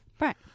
Right